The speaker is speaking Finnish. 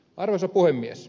arvoisa puhemies